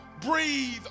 breathe